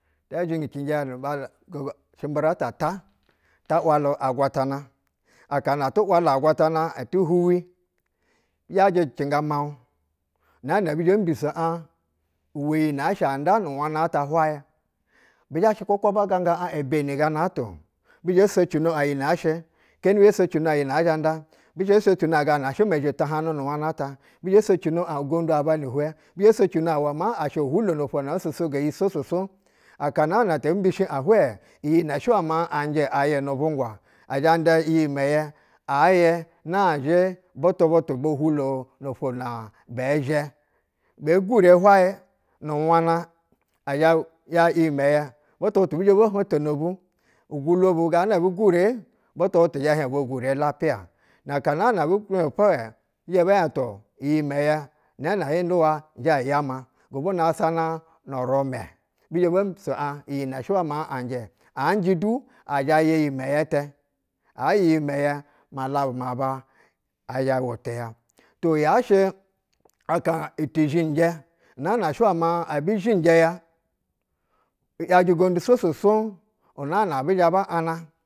Bɛ zhingkinjɛ bu zalu ba ashɛmbɛrɛ ta at aba watu agwatana, akana atu walu agwatana eti huwi, bizhɛ jɛcɛnga miauŋ nɛɛnɛ ɛbi zhɛ bo mbiso uwɛ iyi nɛ ashɛ anda nu nwana ta hwai bi zha shɛ kwakwa ba ganga ebeni gana ta-o, bi zhɛ soano aɧ yinɛ ashɛ kona bizhɛ socino an uji nɛ azhɛ nda bi zhɛ socino an uji nɛ azhɛ nda bi zhɛ socina an ga na shɛ ma ezhe ta haŋ nu nu gwana ta, bi zhɛ socina abma ashɛ ohwula no afwo na ososogo inji swoŋ swoŋ. Akan ate mbishi aɧ hwɛ, iyi nɛ shɛ uwɛ ma anjɛ ayɛ nu vungwa, ɛzhɛ nda iyimɛyɛ ayɛ nazhɛ butu butu bo bulo no afwo na bɛ zhɛ bee gure hwayɛ nu ɧwana azhɛ a jarɛ ujimɛyɛ butu butu bi zhɛ bo hoɧtono bu ugwulo bu. Gana ebu gure? Btutu bɛ hiɛy ubwa gure lapiya. Naka naano abɛ ujɛ iɧ hwɛ, bi zhɛ ɧɛ tu-o ujimɛyɛ nɛɛ na ahi uduwa nzha yama. Gobwonu sasana nu rumɛ, bi zhɛ bombiso aɧ ujin nɛ shɛ ma anjɛ, a a njɛ du. ɛzhɛ ya uji mɛyɛ tɛ, ayɛ ujimɛyɛ malabu ma ba ɛzhɛ o woto ya. Tuo, yashɛ aka iti zhinjɛ yɛ i’yajɛ gonƌu swoɧ swoɧ swoɧ unaa na ɛbi zhɛ ba aɧna.